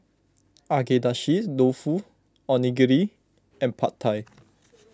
Agedashi Dofu Onigiri and Pad Thai